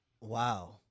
Wow